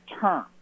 term